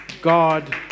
God